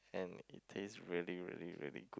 and it taste really really really good